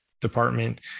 department